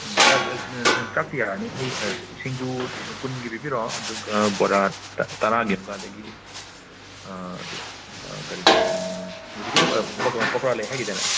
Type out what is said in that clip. ꯆꯥꯛꯇꯤ ꯌꯥꯔꯅꯤ ꯑꯩ ꯁꯤꯡꯖꯨ ꯀꯨꯟꯒꯤ ꯄꯤꯕꯤꯔꯛꯑꯣ ꯑꯗꯨꯒ ꯕꯣꯔꯥ ꯇꯔꯥꯒꯤ ꯑꯃ ꯑꯗꯒꯤ ꯑꯗꯨ ꯀꯔꯤ ꯍꯧꯖꯤꯛꯀꯤꯗꯣ ꯄꯀꯧ ꯄꯀꯧꯔꯥ ꯂꯩ ꯍꯥꯏꯒꯤꯗꯥꯏꯅꯦ